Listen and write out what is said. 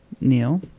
Neil